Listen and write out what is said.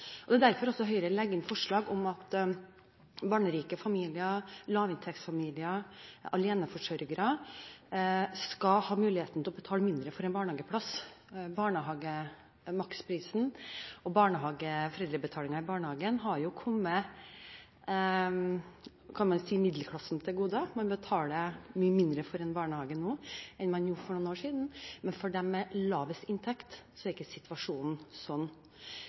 Det er også derfor Høyre og Kristelig Folkeparti legger inn forslag om at barnerike familier, lavinntektsfamilier og aleneforsørgere skal ha mulighet til å betale mindre for en barnehageplass. Barnehagemaksprisen og foreldrebetalingen i barnehagen har kommet – kan man si – middelklassen til gode. Man betaler mye mindre for en barnehageplass nå enn man gjorde for noen år siden, men for dem med lavest inntekt er ikke situasjonen sånn.